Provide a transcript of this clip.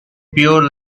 pure